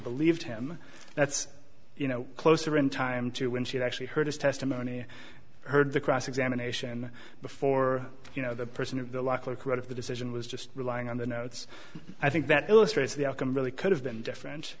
believed him that's you know closer in time to when she actually heard his testimony heard the cross examination before you know the person of the law clerk read of the decision was just relying on the notes i think that illustrates the outcome really could have been different